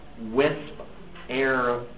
wisp-air